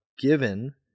given